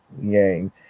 yang